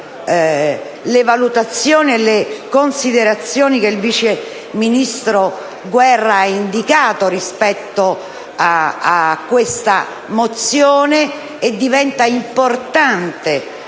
le valutazioni e le considerazioni che il vice ministro Guerra ha indicato rispetto a questa mozione, ed è importante